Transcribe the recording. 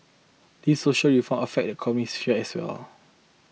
these social reform affect economic sphere as well